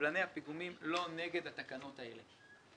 קבלני הפיגומים לא נגד התקנות האלה,